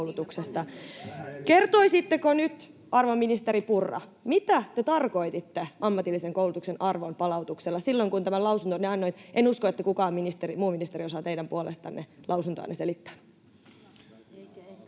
Kertoisitteko nyt, arvon ministeri Purra, mitä te tarkoititte ammatillisen koulutuksen arvonpalautuksella silloin, kun tämän lausuntonne annoitte? En usko, että kukaan muu ministeri osaa teidän puolestanne lausuntoanne selittää. [Tuula